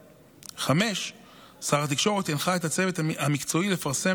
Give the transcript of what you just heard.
5. שר התקשורת הנחה את הצוות המקצועי לפרסם